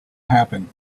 happen